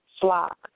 flock